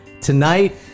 Tonight